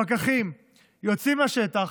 פקחים יוצאים לשטח,